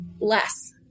less